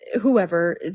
whoever